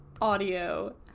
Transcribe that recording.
audio